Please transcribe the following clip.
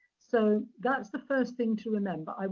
so, that's the first thing to remember.